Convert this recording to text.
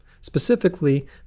specifically